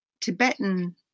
Tibetan